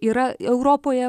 yra europoje